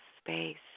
space